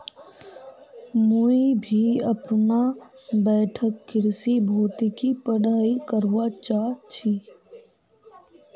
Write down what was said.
मुई भी अपना बैठक कृषि भौतिकी पढ़ाई करवा चा छी